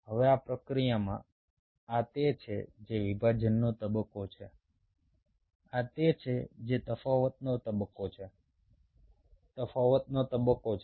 હવે આ પ્રક્રિયામાં આ તે છે જે વિભાજનનો તબક્કો છે આ તે છે જે તફાવતનો તબક્કો છે તફાવતનો તબક્કો છે